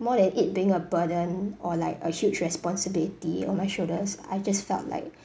more than it being a burden or like a huge responsibility on my shoulders I just felt like